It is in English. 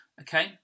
okay